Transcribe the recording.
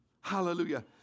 Hallelujah